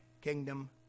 kingdom